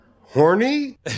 horny